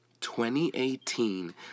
2018